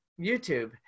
YouTube